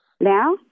Now